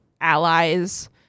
allies